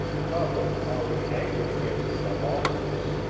the public, already angered against the bosses,